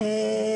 כן,